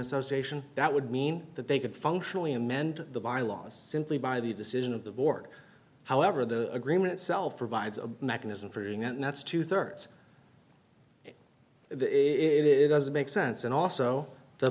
association that would mean that they could functionally amend the bylaws simply by the decision of the board however the agreement itself provides a mechanism for doing that and that's two thirds it doesn't make sense and also the